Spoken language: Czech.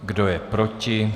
Kdo je proti?